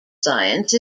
science